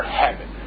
heaven